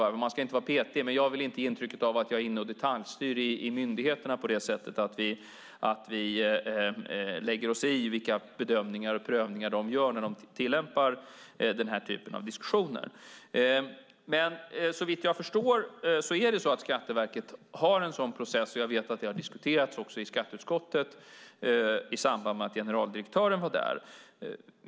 Man ska inte vara petig, men jag vill inte ge intryck av att jag är inne och detaljstyr i myndigheterna på det sättet att vi lägger oss i vilka bedömningar och prövningar de gör när de tillämpar den här typen av diskussioner. Såvitt jag förstår driver Skatteverket en sådan process, och jag vet att det har diskuterats också i skatteutskottet i samband med att generaldirektören var där.